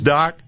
Doc